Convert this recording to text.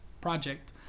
project